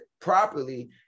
properly